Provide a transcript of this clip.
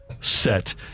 set